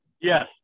Yes